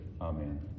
Amen